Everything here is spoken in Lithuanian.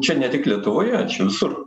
čia ne tik lietuvoje čia visur